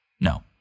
No